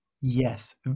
Yes